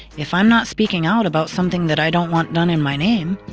if i'm not speaking out about something that i don't want done in my name,